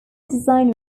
design